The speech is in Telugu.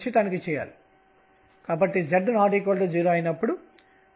దీనిని ఇప్పటివరకు మనం కనుగొన్నాము